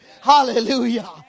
Hallelujah